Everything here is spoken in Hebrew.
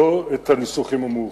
לא את הניסוחים המאוחדים.